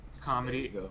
comedy